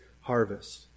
harvest